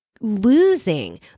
losing